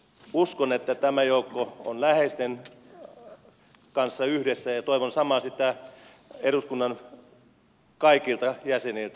uskon että tämä joukko on läheisten kanssa yhdessä ja toivon sitä samaa eduskunnan kaikilta jäseniltä